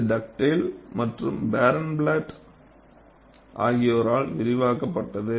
இது டக்டேல் மற்றும் பாரன்ப்ளாட் ஆகியோரால் விரிவாக்கப்பட்டது